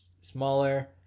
smaller